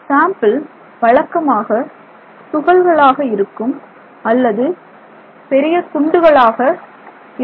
sample வழக்கமாக துகள்களாக இருக்கும் அல்லது பெரிய துண்டுகளாக இருக்கும்